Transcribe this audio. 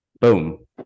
boom